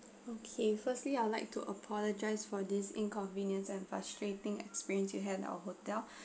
okay firstly I would like to apologize for this inconvenience and frustrating experience you have at our hotel